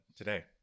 today